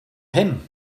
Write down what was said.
him